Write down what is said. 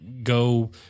go